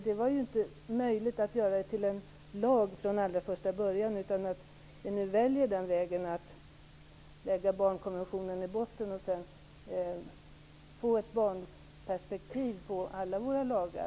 Det var inte möjligt att göra barnkonventionen till lag från allra första början. Nu väljer vi i stället vägen att lägga barnkonventionen i botten och få ett barnperspektiv på alla våra lagar.